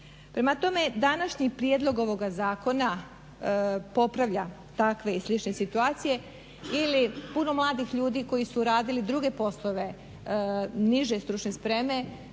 Prema tome, današnji prijedlog ovoga zakona popravlja takve i slične situacije ili puno mladih ljudi koji su radili druge poslove niže stručne spreme